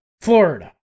Florida